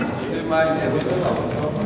היא תשתה מים ותהיה בסדר.